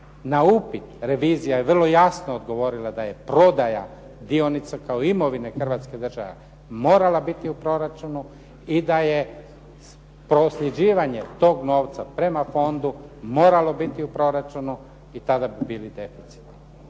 Na upit revizija je vrlo jasno odgovorila da je prodaja dionica kao imovine Hrvatske država morala biti u proračunu i da je prosljeđivanje tog novca prema fondu moralo biti u proračunu i tada bi bili